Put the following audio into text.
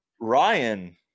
Ryan